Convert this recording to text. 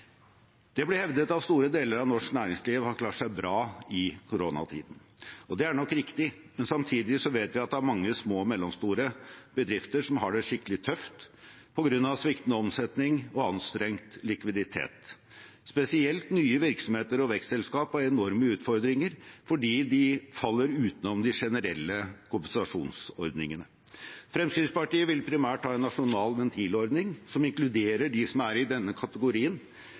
Det blir hevdet at store deler av norsk næringsliv har klart seg bra i koronatiden, og det er nok riktig. Men samtidig vet vi at det er mange små og mellomstore bedrifter som har det skikkelig tøft på grunn av sviktende omsetning og anstrengt likviditet. Spesielt nye virksomheter og vekstselskap har enorme utfordringer fordi de faller utenom de generelle kompensasjonsordningene. Fremskrittspartiet vil primært ha en nasjonal ventilordning som inkluderer dem som er i denne kategorien,